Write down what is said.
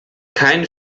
keinen